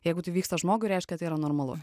jeigu tai vyksta žmogui reiškia tai yra normalu